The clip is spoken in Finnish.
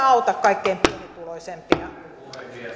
auta kaikkein pienituloisimpia